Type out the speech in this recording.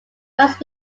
must